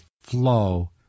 flow